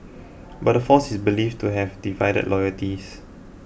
but the force is believed to have divided loyalties